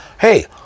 Hey